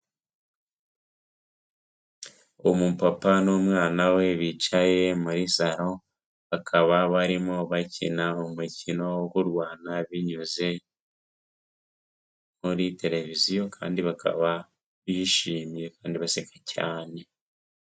Umupapa n'umwana we bicaye mari saro bakaba barimo bakina umukino wo kurwana binyuze muri tereviziyo kandi bakaba bishimiye kandi baseka cyane.